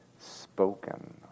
spoken